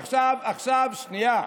עכשיו, שנייה,